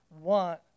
want